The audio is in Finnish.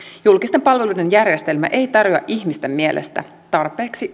julkisten palveluiden järjestelmä ei tarjoa ihmisten mielestä tarpeeksi